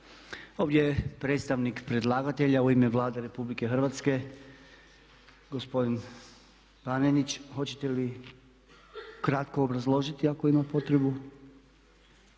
Ovdje je predstavnik predlagatelja u ime Vlade Republike Hrvatske, gospodin Panenić. Hoćete li kratko obrazložiti ako ima potrebu?